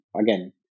again